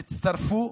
תצטרפו.